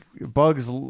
Bugs